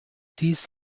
dies